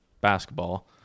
basketball